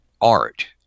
art